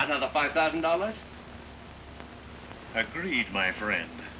i don't know five thousand dollars agreed my friend